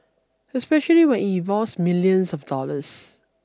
especially when it involves millions of dollars